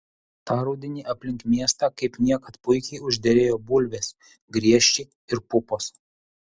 tą rudenį aplink miestą kaip niekad puikiai užderėjo bulvės griežčiai ir pupos